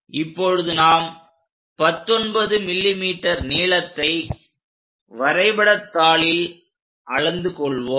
இப்பொழுது நாம் 19 mm நீளத்தை வரைபடத்தாளில் அளந்து கொள்வோம்